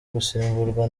gusimburwa